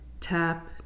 tap